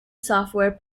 software